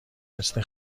مثل